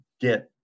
get